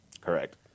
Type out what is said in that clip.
Correct